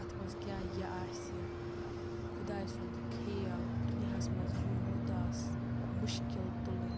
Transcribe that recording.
اَتھ مَنٛز کیاہ یہِ آسہِ خُداے سُنٛد کھیل دُنیَہَس مَنٛز یُن یوٗتاہ مُشکِل تُلٕنۍ